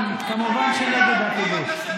כמובן, נגד הכיבוש.